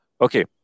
okay